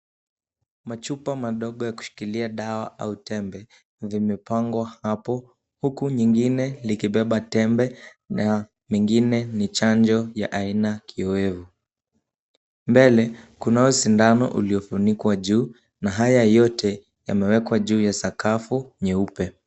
Machupa madogo ya kushikilia dawa au tembe vimepangwa hapo, huku nyingine likibeba tembe na mengine ni chanjo ya aina kioevu , mbele kunao sindano uliofunikwa juu na haya yote yamewekwa juu ya sakafu nyeupe .